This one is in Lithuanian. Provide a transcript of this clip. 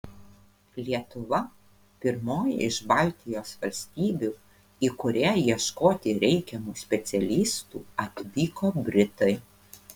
lietuva pirmoji iš baltijos valstybių į kurią ieškoti reikiamų specialistų atvyko britai